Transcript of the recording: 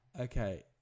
Okay